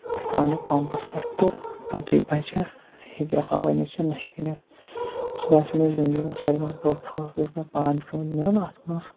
أسۍ ترٛاوون یہِ پَمپَس پٮ۪ٹھ تہٕ پَتہٕ یہِ بَچہ یہِ ہیٚکیٛاہ ہَوا نِتھ یا نہ ہیٚکیٛاہ نِتھ سُہ باسیٚو مےٚ زِںدگی منٛز ساروی منٛز بوٚڑ فٲصلہٕ یُس مےٚ پانہٕ چھُ پیٚومُت نیُن اَتھ منٛز